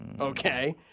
Okay